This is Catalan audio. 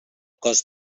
cost